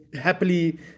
happily